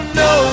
no